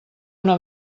una